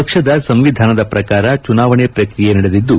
ಪಕ್ಷದ ಸಂವಿಧಾನದ ಪ್ರಕಾರ ಚುನಾವಣೆ ಪ್ರಕ್ರಿಯೆ ನಡೆದಿದ್ದು